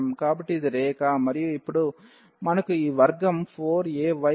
కాబట్టి ఇది రేఖ మరియు ఇప్పుడు మనకు ఈ x వర్గం 4ay కి సమానం